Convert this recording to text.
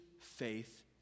faith